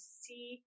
see